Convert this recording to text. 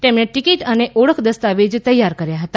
તેમેણે ticket અને ઓળખ દસ્તાવેજ તૈયાર કર્યા હતા